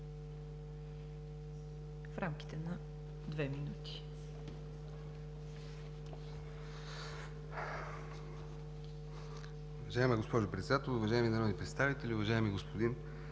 в рамките на две минути.